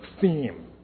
theme